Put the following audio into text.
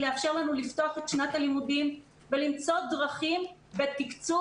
לאפשר לנו לפתוח את שנת הלימודים ולמצוא דרכים בתקצוב